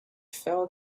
fell